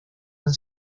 han